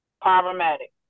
Problematic